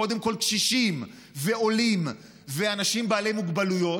קודם כול קשישים ועולים ואנשים בעלי מוגבלויות,